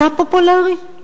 שאתה פופולרי,